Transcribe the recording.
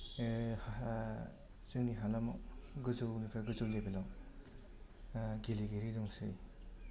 हा जोंनि हालामाव गोजौनिफ्राय गोजौ लेबेल आव गेलेगिरि दंसै